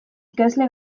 ikasle